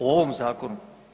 O ovom zakonu?